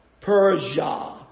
Persia